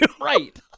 right